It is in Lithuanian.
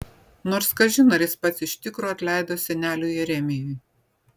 nors kažin ar jis pats iš tikro atleido seneliui jeremijui